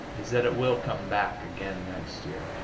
is that it will come back again next year.